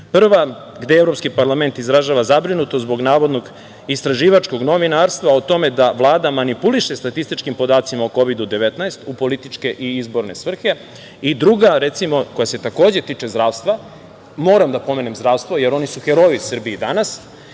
gde Evropski parlament izražava zabrinutost zbog navodnog istraživačkog novinarstva o tome da Vlada manipuliše statističkim podacima o Kovidu-19 u političke i izborne svrhe i druga koja se takođe tiče zdravstva, moram da pomenem zdravstvo, jer oni su heroji Srbije danas,